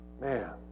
Man